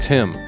Tim